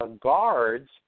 guards